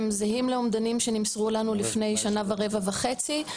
זהים לאומדנים שנמסרו לנו לפני שנה ורבע או שנה וחצי.